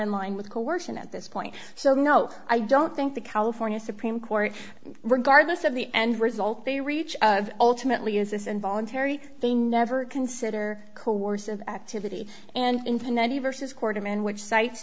in line with coercion at this point so no i don't think the california supreme court regardless of the end result they reach ultimately is this involuntary they never consider course of activity and infinity versus quarterman which cites